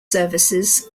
services